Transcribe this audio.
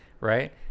right